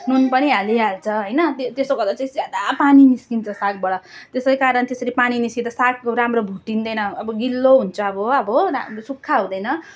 नुन पनि हालिहाल्छ होइन त्य त्यसो गर्दा चाहिँ ज्यादा पानी निस्कन्छ सागबाट त्यसै कारण त्यसरी पानी निस्कँदा साग राम्रो भुटिँदैन अब गिलो हुन्छ अब अब सुक्खा हुँदैन